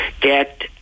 get